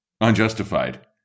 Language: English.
unjustified